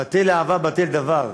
בטל הדבר,